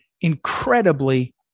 incredibly